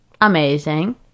Amazing